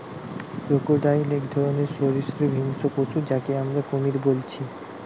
crocodile এক ধরণের সরীসৃপ হিংস্র পশু যাকে আমরা কুমির বলছি